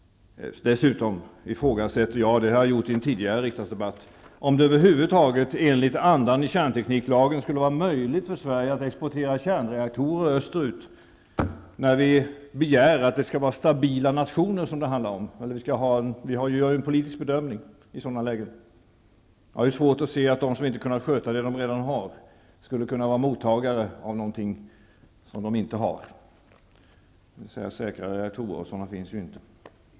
Dessutom ifrågasätter jag, det har jag gjort också i en tidigare riksdagsdebatt, om det över huvud taget enligt andan i kärntekniklagen skulle vara möjligt för Sverige att exportera kärnreaktorer österut, när vi begär att det skall vara stabila nationer som det handlar om. Vi gör ju en politisk bedömning vid ett sådant läge. Jag har svårt att se att de som inte har kunnat sköta det som de redan har skulle kunna vara mottagare av något som de inte har. Så säkra reaktorer finns inte.